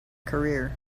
career